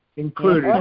included